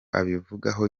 abivugaho